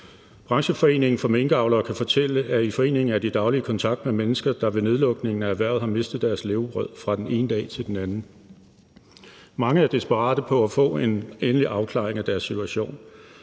Brancheforeningen for minkavlere kan fortælle, at de i foreningen dagligt er i kontakt med mennesker, der ved nedlukningen af erhvervet har mistet deres levebrød fra den ene dag til den anden. Mange er desperate for at få en endelig afklaring af deres situation.